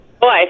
Boy